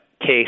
case